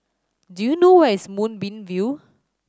do you know where is Moonbeam View